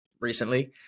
recently